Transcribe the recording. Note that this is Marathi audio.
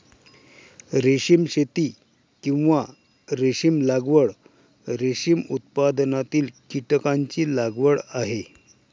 रेशीम शेती, किंवा रेशीम लागवड, रेशीम उत्पादनातील कीटकांची लागवड आहे